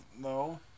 No